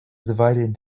divided